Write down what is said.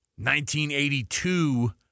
1982